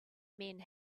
men